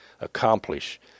accomplish